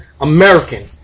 American